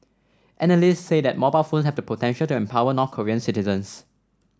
analysts say that mobile phone have the potential to empower North Korean citizens